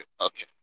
okay